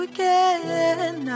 Again